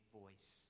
voice